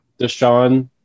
Deshaun